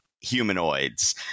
humanoids